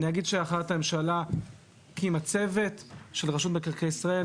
בהחלטת הממשלה הקימו צוות של רשות מקרקעי ישראל,